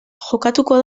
jokatuko